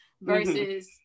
versus